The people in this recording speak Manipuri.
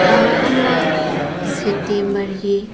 ꯇꯥꯡ ꯑꯃ ꯁꯦꯞꯇꯦꯝꯕꯔꯒꯤ